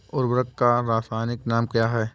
उर्वरक का रासायनिक नाम क्या है?